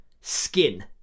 skin